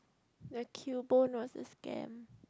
the cubone was a scam